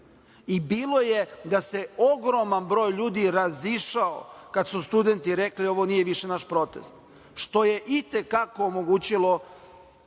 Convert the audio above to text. i bilo je da se ogroman broj ljudi razišao kada su studenti rekli – ovo nije više naš protest, što je i te kako omogućilo